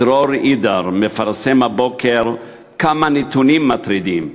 דרור אידר מפרסם הבוקר כמה נתונים מטרידים: